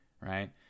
right